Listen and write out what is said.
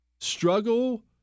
Struggle